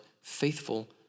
faithful